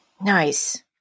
Nice